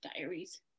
diaries